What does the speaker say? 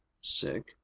Sick